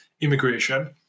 immigration